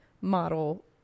model